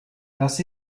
das